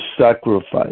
sacrifice